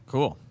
Cool